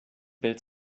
bild